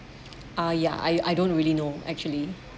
ah ya I I don't really know actually